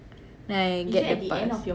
then I get the pass